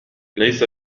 ليس